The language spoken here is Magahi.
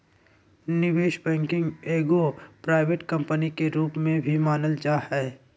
निवेश बैंकिंग के एगो प्राइवेट कम्पनी के रूप में भी मानल जा हय